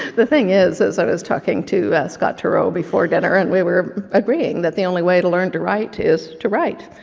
the thing is, is i was talking to scott turow before dinner, and we were agreeing that the only way to learn to write, is to write,